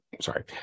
Sorry